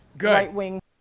right-wing